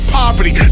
poverty